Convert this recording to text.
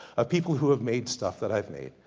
of people who've made stuff that i've made.